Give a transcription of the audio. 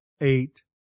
eight